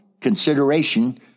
consideration